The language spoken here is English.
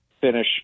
finish